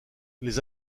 les